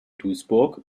duisburg